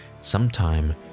sometime